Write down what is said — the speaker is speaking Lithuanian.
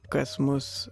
kas mus